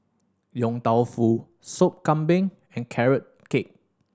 Yong Tau Foo Sop Kambing and Carrot Cake